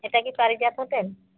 এটা কি পারিজাত হোটেল